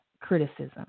criticism